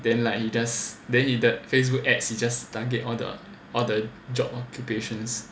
then like he does then he that Facebook ads he just target all the all the job occupations